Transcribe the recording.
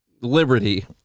Liberty